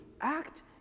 act